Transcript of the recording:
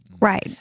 Right